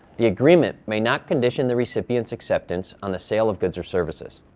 the agreement may not condition the recipient's acceptance on the sale of goods or services.